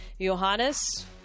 Johannes